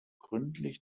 gründlich